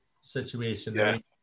situation